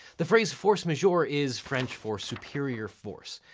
the phrase force majeure is french for superior force.